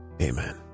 amen